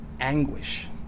anguish